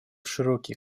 широкие